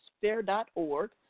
FAIR.org